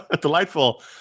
Delightful